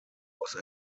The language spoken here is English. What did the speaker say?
was